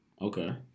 Okay